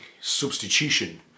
substitution